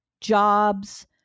jobs